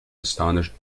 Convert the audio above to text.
astonished